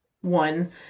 one